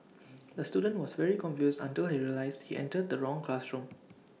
the student was very confused until he realised he entered the wrong classroom